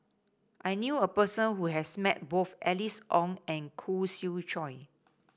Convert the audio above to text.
I knew a person who has met both Alice Ong and Khoo Swee Chiow